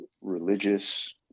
religious